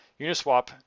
Uniswap